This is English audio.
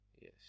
yes